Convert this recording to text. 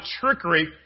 trickery